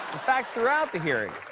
fact, throughout the hearing